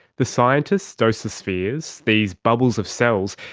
the scientists dose the spheres, these bubbles of cells,